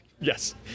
Yes